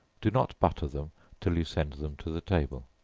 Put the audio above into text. do not butter them till you send them to the table.